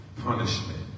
punishment